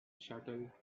shuttle